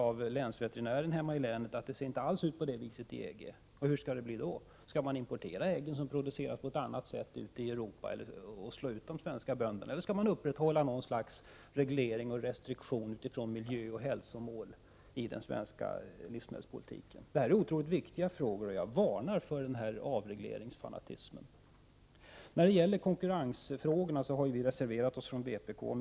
Av länsveterinären i mitt hemlän har jag fått veta att det inte alls ser ut på PORTEN m.m. det viset inom EG. Hur skall det bli då? Skall man importera ägg som produceras på ett annat sätt ute i Europa och slå ut de svenska bönderna, eller skall man upprätthålla något slags reglering och restriktion med hänsyn till vissa miljöoch hälsomål i den svenska livmedelspolitiken? Detta är mycket viktiga frågor, och jag varnar för avregleringsfanatismen. Beträffande konkurrensfrågorna vill jag framhålla att vi inom vpk har reserverat oss.